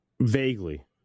Vaguely